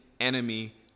enemy